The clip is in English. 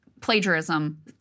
plagiarism